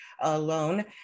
alone